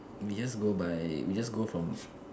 we just go by we just go from